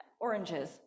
oranges